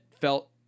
felt